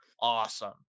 awesome